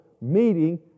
meeting